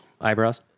eyebrows